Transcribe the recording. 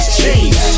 cheese